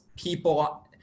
people